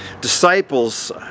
Disciples